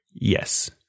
yes